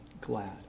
glad